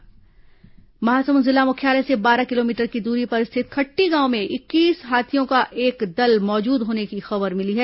महासमुंद हाथी आतंक महासमुंद जिला मुख्यालय से बारह किलोमीटर की दूरी पर स्थित खट्टी गांव में इक्कीस हाथियों का एक दल मौजूद होने की खबर मिली है